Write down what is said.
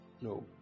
No